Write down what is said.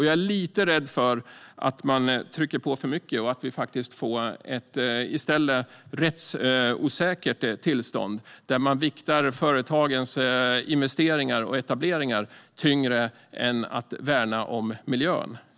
Jag är lite rädd för att man trycker på för mycket och att vi i stället får ett rättsosäkert tillstånd där man viktar företagens investeringar och etableringar tyngre än värnandet om miljön.